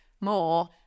more